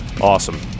Awesome